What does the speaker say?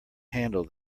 handle